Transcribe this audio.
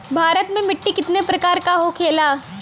भारत में मिट्टी कितने प्रकार का होखे ला?